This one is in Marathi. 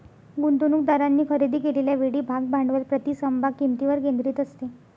गुंतवणूकदारांनी खरेदी केलेल्या वेळी भाग भांडवल प्रति समभाग किंमतीवर केंद्रित असते